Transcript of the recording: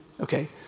okay